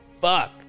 Fuck